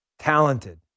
Talented